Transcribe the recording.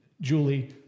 Julie